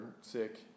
sick